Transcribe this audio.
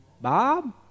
Bob